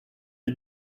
est